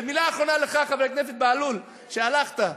ומילה אחרונה לך, חבר הכנסת בהלול, והלכת,